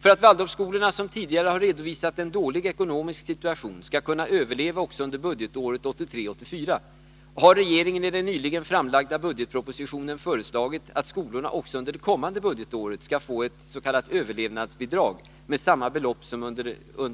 För att Waldorfskolorna, som tidigare har redovisat en dålig ekonomisk situation, skall kunna överleva också under budgetåret 1983/84 har regeringen i den nyligen framlagda budgetpropositionen föreslagit att skolorna också under det kommande budgetåret skall få ett ”överlevnadsbidrag” med samma belopp som under